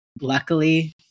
Luckily